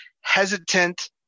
hesitant